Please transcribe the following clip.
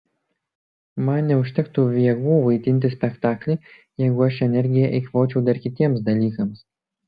man neužtektų jėgų vaidinti spektaklį jeigu aš energiją eikvočiau dar kitiems dalykams